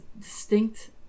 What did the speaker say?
distinct